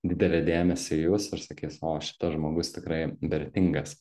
didelį dėmesį į jus ir sakys o šitas žmogus tikrai vertingas